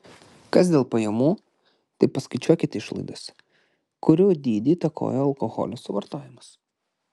kas dėl pajamų tai paskaičiuokit išlaidas kurių dydį įtakoja alkoholio suvartojimas